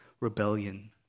rebellion